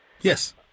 Yes